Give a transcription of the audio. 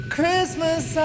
Christmas